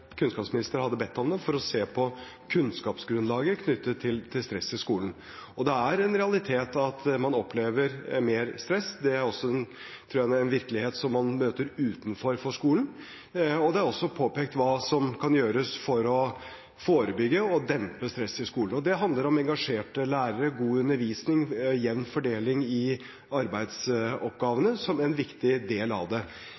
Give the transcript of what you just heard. hadde bedt om den, for å se på kunnskapsgrunnlaget knyttet til stress i skolen. Det er en realitet at man opplever mer stress – det er også, tror jeg, en virkelighet som man møter utenfor skolen. Det er også påpekt hva som kan gjøres for å forebygge og dempe stresset i skolen, og det handler om engasjerte lærere og god undervisning, og jevn fordeling i arbeidsoppgavene som en viktig del av det.